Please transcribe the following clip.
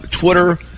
Twitter